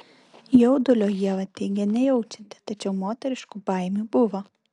jaudulio ieva teigė nejaučianti tačiau moteriškų baimių buvo